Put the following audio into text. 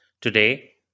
today